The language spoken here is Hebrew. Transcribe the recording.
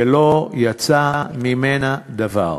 ולא יצא ממנה דבר,